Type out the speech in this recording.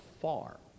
far